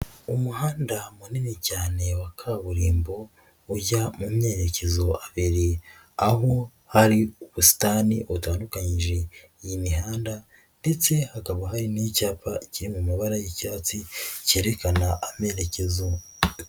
Umuhanda munini cyane wa kaburimbo, ujya mu merekezo abiri, aho hari ubusitani butandukanyije iyi mihanda ndetse hakaba hari n'icyapa kiri mu mabara y'icyatsi, cyerekana amerekezo.